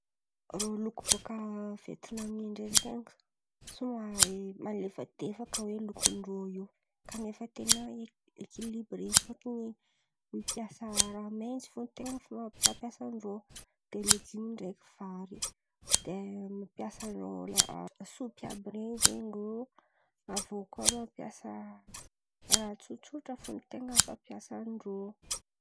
Rô loky bôka Vietnamy ndreky ren̈iko, somary malefadefaka oe lokindrô io kanefa tena ekilibre. Fôtony mampiasa raha maintso fo ten̈a fampiasan-drô de legimy ndreky vary. De mampiasa lasopy àby ren̈y zen̈y rô. Aviô kà mampiasa raha tsotsotra fo ny ten̈a fampiasan-drô.